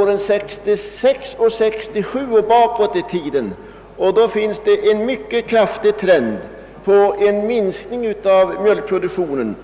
åren 1966 och 1967 med åren dessförinnan. En sådan jämförelse visar en mycket kraftig trend till en minskning av mjölkproduktionen.